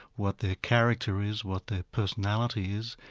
what their character is, what their personality is,